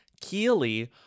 keely